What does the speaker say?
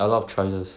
a lot of choice